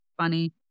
funny